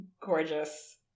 gorgeous